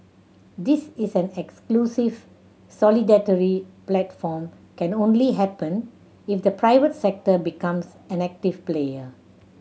this is an exclusive solidarity platform can only happen if the private sector becomes an active player